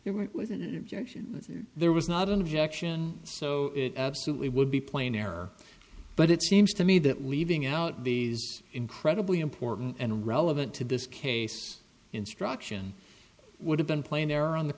were there was not an objection so it absolutely would be plain error but it seems to me that leaving out these incredibly important and relevant to this case instruction would have been plain there on the